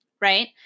right